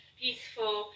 beautiful